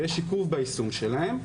ויש עיכוב ביישום שלהן.